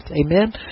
Amen